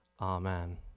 Amen